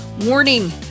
Warning